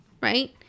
right